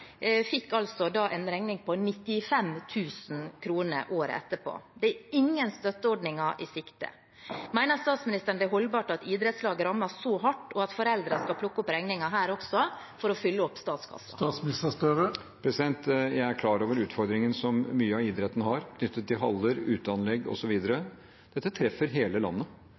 fikk en regning på 95 000 kr året etter. Det er ingen støtteordninger i sikte. Mener statsministeren det er holdbart at idrettslag rammes så hardt, og at foreldre skal plukke opp regningen her også, for at statskassen skal fylles opp? Jeg er klar over utfordringen som mye av idretten har knyttet til haller, uteanlegg osv. Dette treffer hele landet.